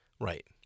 Right